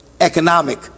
economic